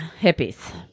Hippies